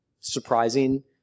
surprising